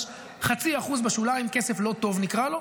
יש 0.5% בשוליים כסף לא טוב, נקרא לו.